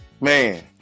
man